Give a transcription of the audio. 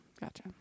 gotcha